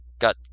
Got